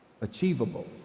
achievable